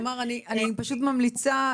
תמר אני פשוט ממליצה,